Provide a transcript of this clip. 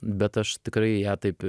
bet aš tikrai ją taip